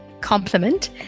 compliment